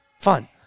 fun